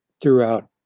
throughout